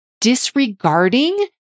disregarding